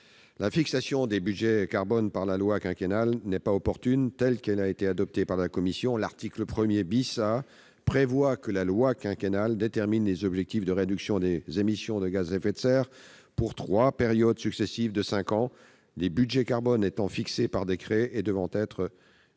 La fixation des budgets carbone par la loi quinquennale n'est pas opportune. Tel qu'il a été adopté par la commission, l'article 1 A prévoit que la loi quinquennale détermine des objectifs de réduction des émissions de gaz à effet de serre, pour trois périodes successives de cinq ans, les budgets carbone étant fixés par décret et devant être